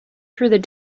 through